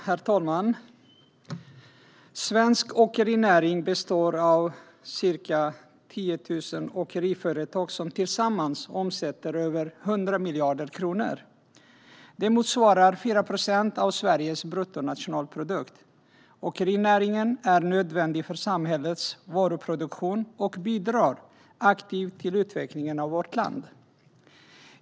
Herr ålderspresident! Svensk åkerinäring består av ca 10 000 åkeriföretag som tillsammans omsätter över 100 miljarder kronor. Det motsvarar 4 procent av Sveriges bruttonationalprodukt. Åkerinäringen är nödvändig för samhällets varuproduktion och bidrar aktivt till utvecklingen av vårt land.